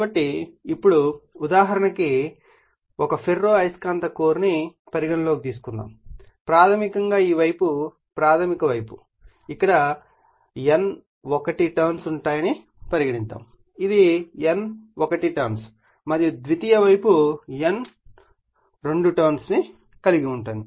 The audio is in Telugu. కాబట్టి ఇప్పుడు ఉదాహరణకు ఒక ఫెర్రో అయస్కాంత కోర్ను పరిగణనలోకి తీసుకుంటే ప్రాధమికంగా ఈ వైపు ప్రాధమిక వైపు ఇక్కడ N1 టర్న్స్ ఉన్నాయని పరిగణించండి ఇది N1 టర్న్స్ మరియు ద్వితీయ వైపు N2 టర్న్స్ కలిగి ఉంది